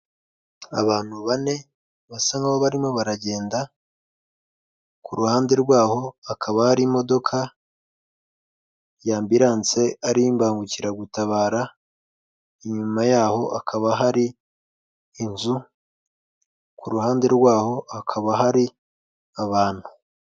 Abantu bane basa nkaho barimo baragenda ku ruhande rwaho hakaba hari imodoka ya ambiranse ari iy'imbangukiragutabara, inyuma yaho hakaba hari inzu, ku ruhande rwaho hakaba hari abantu.